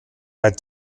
add